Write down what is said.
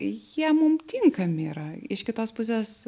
jie mum tinkami yra iš kitos pusės